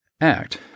Act